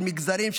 של מגזרים,